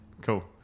cool